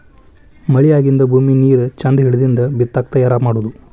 ಮಳಿ ಆಗಿಂದ ಭೂಮಿ ನೇರ ಚಂದ ಹಿಡದಿಂದ ಬಿತ್ತಾಕ ತಯಾರ ಮಾಡುದು